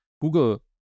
Google